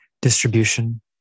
Distribution